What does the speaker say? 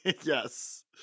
Yes